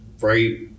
right